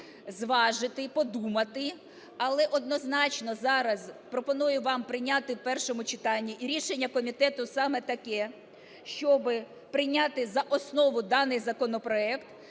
завадити, подумати, але однозначно зараз пропоную вам прийняти в першому читанні. І рішення комітету саме таке, щоби прийняти за основу даний законопроект